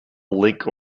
link